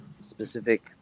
specific